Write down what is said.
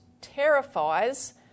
terrifies